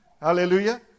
Hallelujah